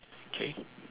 okay